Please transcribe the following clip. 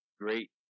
great